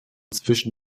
zwischen